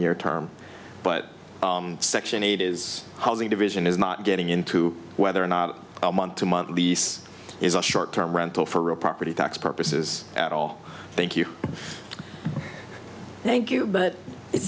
year term but section eight is housing division is not getting into whether or not a month to month lease is a short term rental for real property tax purposes at all thank you thank you but it